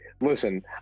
listen